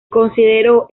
consideró